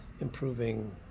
improving